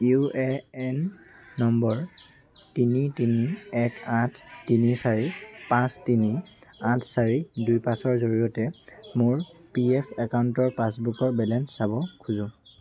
U A N number তিনি তিনি এক আঠ তিনি চাৰি পাঁচ তিনি আঠ চাৰি দুই পাঁচৰ জৰিয়তে মোৰ পি এফ একাউণ্টৰ পাছবুকৰ বেলেঞ্চ চাব খোজোঁ